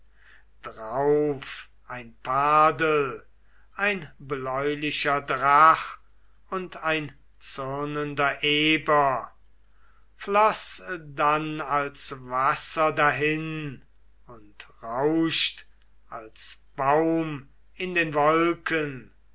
drauf ein pardel ein bläulicher drach und ein zürnender eber floß dann als wasser dahin und rauscht als baum in den wolken